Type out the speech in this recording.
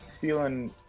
Feeling